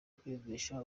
kwiyumvisha